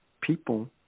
people